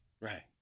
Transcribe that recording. Right